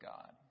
God